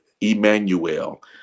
Emmanuel